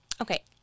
Okay